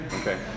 Okay